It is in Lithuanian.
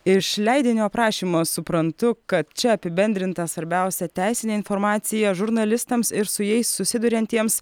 iš leidinio aprašymo suprantu kad čia apibendrinta svarbiausia teisinė informacija žurnalistams ir su jais susiduriantiems